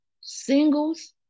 singles